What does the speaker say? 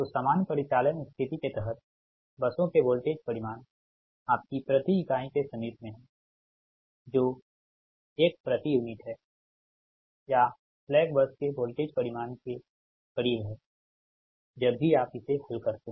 तो सामान्य परिचालन स्थिति के तहत बसों के वोल्टेज परिमाण आपकी प्रति इकाई के समीप में हैं जो 10 प्रति यूनिट है या स्लैक बस के वोल्टेज परिमाण के करीब है जब भी आप इसे हल करते हैं